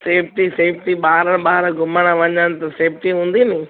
safety safety ॿार ॿार घुमणु वञनि त सेफ्टी हूंदी न